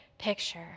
picture